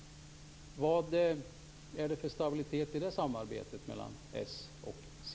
Vad är det för stabilitet i det samarbetet mellan s och c?